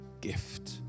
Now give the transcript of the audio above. gift